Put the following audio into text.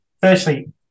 Firstly